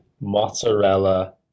mozzarella